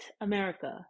America